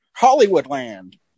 Hollywoodland